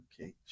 okay